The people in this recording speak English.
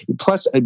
Plus